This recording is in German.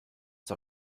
zur